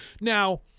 Now